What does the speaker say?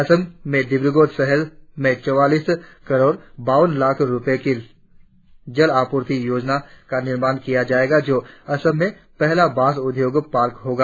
असम में डिगबोई शहर में चवालीस करोड़ बावन लाख रुपये की जल आपूर्ति योजना का निर्माण किया जायेगा जो असम में पहला बांस उद्योंग पार्क होगा